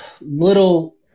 little